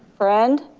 friend.